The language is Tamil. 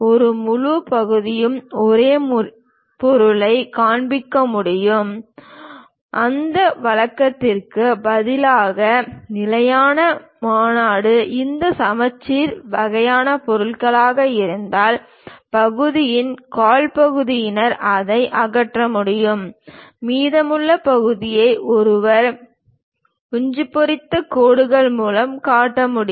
ஒரு முழு பகுதியும் ஒரே பொருளைக் காண்பிக்க முடியும் அந்த வழக்கத்திற்கு பதிலாக நிலையான மாநாடு இவை சமச்சீர் வகையான பொருள்களாக இருந்தால் பகுதியின் கால் பகுதியினர் அதை அகற்ற முடியும் மீதமுள்ள பகுதியை ஒருவர் குஞ்சு பொரித்த கோடுகள் மூலம் காட்ட முடியும்